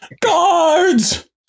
Guards